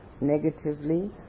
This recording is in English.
negatively